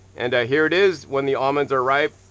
and here it is when the almonds are ripe,